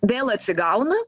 vėl atsigauna